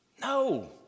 No